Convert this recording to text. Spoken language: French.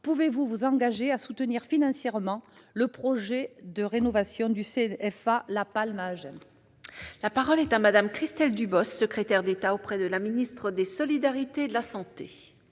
Pouvez-vous vous engager à soutenir financièrement le projet de rénovation du CFA La Palme d'Agen ? La parole est à Mme la secrétaire d'État auprès de la ministre des solidarités et de la santé.